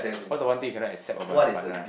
what's the one thing you cannot accept about your partner